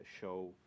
show